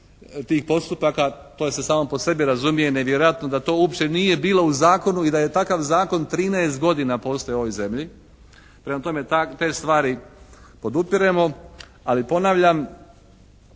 tih postupak. To se samo po sebi razumije. Nevjerojatno da to uopće nije bilo u zakonu i da je takav zakon 13 godina postojao u ovoj zemlji. Prema tome, te stvari podupiremo ali ponavljam